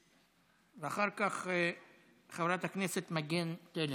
ואחר כך, חברת הכנסת מגן תלם.